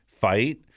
fight